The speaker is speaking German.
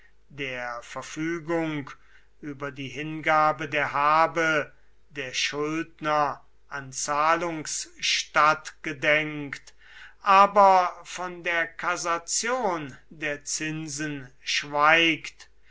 der verfügung über die hingabe der habe der schuldner an zahlungs statt gedenkt aber von der kassation der zinsen schweigt